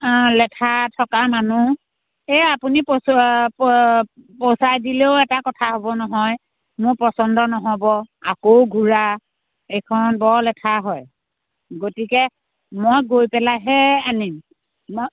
অঁ লেঠা থকা মানুহ এই আপুনি পচোৱা প পইচা দিলেও এটা কথা হ'ব নহয় মোৰ পচন্দৰ নহ'ব আকৌ ঘূৰা এইখন বৰ লেঠা হয় গতিকে মই গৈ পেলাইহে আনিম মই